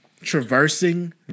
Traversing